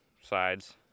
sides